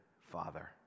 Father